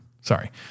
Sorry